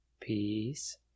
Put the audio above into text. Peace